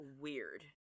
weird